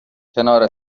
کنار